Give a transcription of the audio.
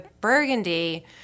Burgundy